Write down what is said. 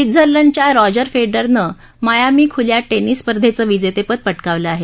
स्वित्झर्लंडच्या रॉजर फेडररनं मायामी खुल्या टेनिस स्पर्धेचं विजेतेपद पटकावलं आहे